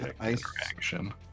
interaction